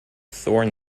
thorn